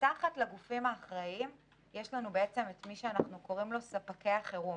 מתחת לגופים האחראים יש לנו את אלה שאנחנו קוראים להם ספקי החירום.